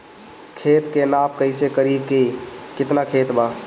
खेत के नाप कइसे करी की केतना खेत बा?